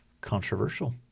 controversial